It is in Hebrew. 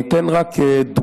אני אתן דוגמה: